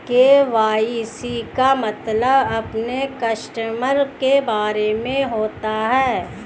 KYC का मतलब अपने कस्टमर के बारे में होता है